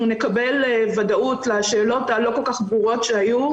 נקבל ודאות לשאלות הלא כל כך ברורות שהיו,